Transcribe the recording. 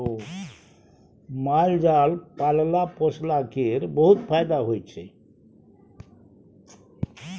माल जाल पालला पोसला केर बहुत फाएदा होइ छै